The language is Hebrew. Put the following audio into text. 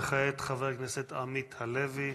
וכעת, חבר הכנסת עמית הלוי.